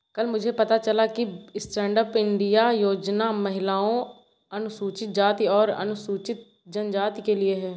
कल मुझे पता चला कि स्टैंडअप इंडिया योजना महिलाओं, अनुसूचित जाति और अनुसूचित जनजाति के लिए है